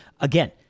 Again